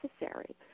necessary